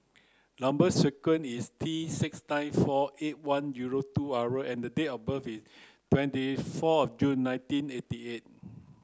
number sequence is T six nine four eight one zero two R and date of birth is twenty four June nineteen eighty eight